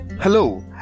Hello